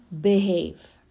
behave